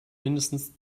mindestens